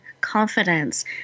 confidence